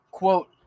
Quote